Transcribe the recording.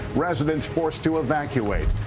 residents forced to evacuate.